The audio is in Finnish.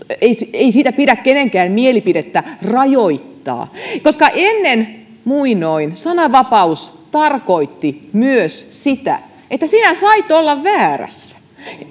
ei siitä pidä kenenkään mielipidettä rajoittaa koska ennen muinoin sananvapaus tarkoitti myös sitä että sinä sait olla väärässä